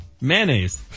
Mayonnaise